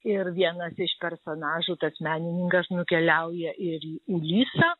ir vienas iš personažų tas menininkas nukeliauja ir į ulisą